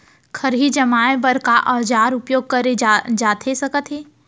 खरही जमाए बर का औजार उपयोग करे जाथे सकत हे?